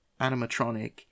animatronic